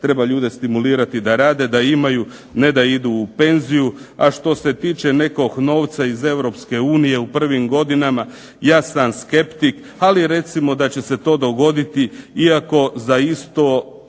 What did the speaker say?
treba ljude stimulirati da rade, da imaju, ne da idu u penziju. A što se tiče nekog novca iz Europske unije, u prvim godinama ja sam skeptik, ali recimo da će se to dogoditi, iako za isto